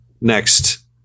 next